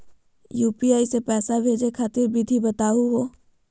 UPI स पैसा भेजै खातिर विधि बताहु हो?